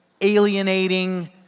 alienating